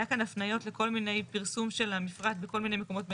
היה כאן הפניות לכל מיני פרסום של המפרט בכל מיני מקומות באינטרנט.